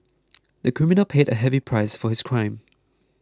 the criminal paid a heavy price for his crime